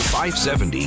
570